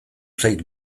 zait